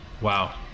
Wow